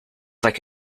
like